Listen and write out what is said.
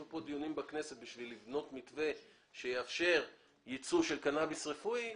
בכנסת דיונים כדי לבנות מתווה שיאפשר יצוא של קנאביס רפואי,